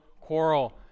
quarrel